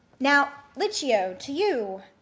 now, licio, to you.